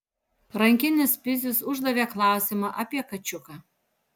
rankinis pizius uždavė klausimą apie kačiuką